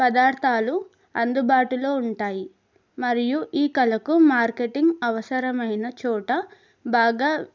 పదార్థాలు అందుబాటులో ఉంటాయి మరియు ఈ కళలకు మార్కెటింగ్ అవసరమైన చోటు బాగా